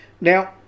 Now